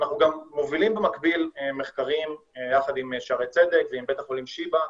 אנחנו גם מובילים במקביל מחקרים יחד עם שערי צדק ועם בית חולים שיבא,